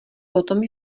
potom